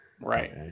Right